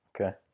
Okay